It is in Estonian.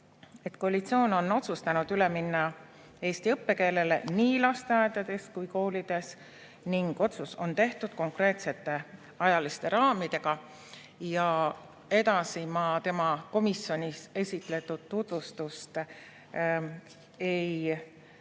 koalitsioon on otsustanud üle minna eesti õppekeelele nii lasteaedades kui ka koolides ning otsus on tehtud konkreetsete ajaliste raamidega. Edasi ma tema komisjonis esitletud tutvustust ei